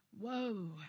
Whoa